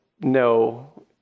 no